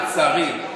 לצערי,